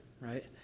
right